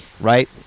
Right